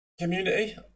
community